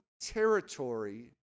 territory